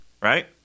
right